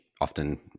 often